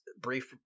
brief